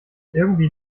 irgendwie